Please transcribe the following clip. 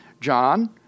John